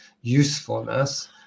usefulness